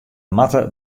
moatte